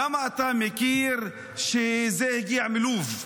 למה אתה מכיר שזה הגיע מלוב?